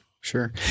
Sure